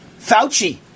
Fauci